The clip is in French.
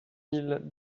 mille